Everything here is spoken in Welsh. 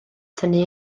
tynnu